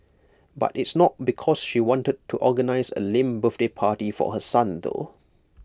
but it's not because she wanted to organise A lame birthday party for her son though